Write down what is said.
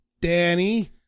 Danny